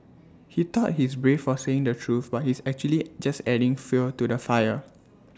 he thought he's brave for saying the truth but he's actually just adding fuel to the fire